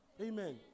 amen